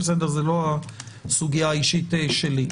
זאת לא הסוגיה האישית שלי.